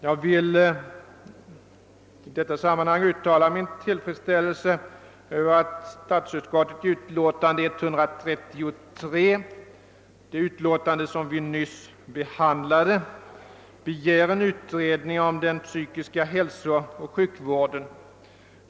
Jag vill i sammanhanget uttala min tillfredsställelse över det utskottsutlåtande som vi nyss behandlade, statsutskottets utlåtande nr 133, i vilket begärs en utredning om den psykiska hälsooch sjukvården.